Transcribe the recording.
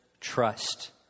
trust